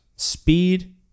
Speed